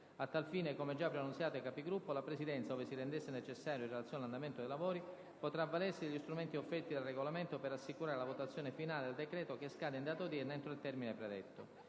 A tal fine, come già preannunciato ai Capigruppo, la Presidenza - ove si rendesse necessario in relazione all'andamento dei lavori - potrà avvalersi degli strumenti offerti dal Regolamento per assicurare la votazione finale del decreto, che scade in data odierna, entro il termine predetto.